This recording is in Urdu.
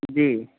جی